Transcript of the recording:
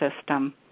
system